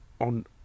on